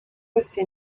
bose